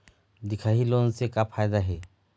दिखाही लोन से का फायदा हे?